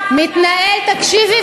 תקשיבי,